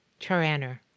Charaner